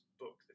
book